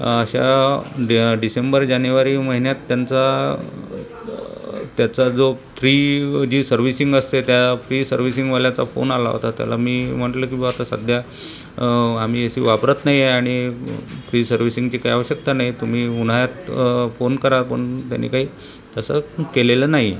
अशा डिसेंबर जानेवारी महिन्यात त्यांचा त्याचा जो फ्री जी सर्व्हिसिंग असते त्या फ्री सर्व्हिसिंगवाल्याचा फोन आला होता त्याला मी म्हटलं की बुवा आता सध्या आम्ही ए सी वापरत नाही आहे आणि फ्री सर्व्हिसिंगची काही आवश्यकता नाही तुम्ही उन्हाळ्यात फोन करा पण त्याने काही तसं केलेलं नाही आहे